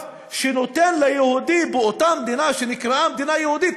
שנותן ליהודי באותה מדינה שנקראה מדינה יהודית,